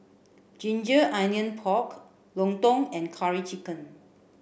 ginger onions pork lontong and curry chicken